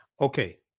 okay